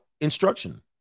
instruction